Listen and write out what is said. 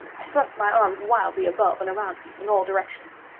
i thrust my arms wildly above and around me in all directions.